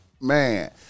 Man